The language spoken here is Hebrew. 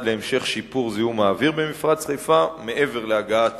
להמשך הטיפול בזיהום האוויר במפרץ חיפה מעבר להגעת